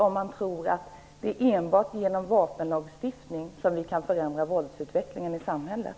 Tror man att det är enbart genom vapenlagstiftningen som vi kan förändra våldsutvecklingen i samhället?